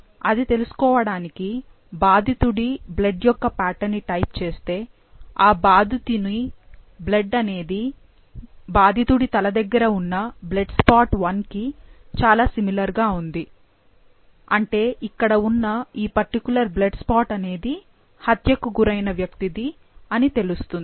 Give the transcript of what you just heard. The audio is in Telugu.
అది తెలుసుకోవడానికి బాధితుడి బ్లడ్ యొక్క పాటర్న్ ని టైప్ చేస్తే ఆ బాధితుని బ్లడ్ అనేది బాధితుడి తల దగ్గర ఉన్న బ్లడ్ స్పాట్ 1కి కి చాలా సిమిలర్ గా ఉంది అన్నది చూస్తాము అంటే ఇక్కడ ఉన్న ఈ పర్టికులర్ బ్లడ్ స్పాట్ అనేది హత్యకి గురైన వ్యక్తిది అని తెలుస్తుంది